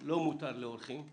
לא מותר לאורחים.